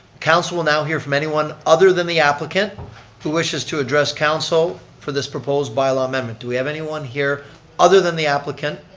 council will now hear from anyone other than the applicant who wishes to address council for this proposed by-law amendment. do we have anyone here other than the applicant?